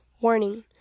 Warning